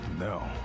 No